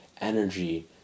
energy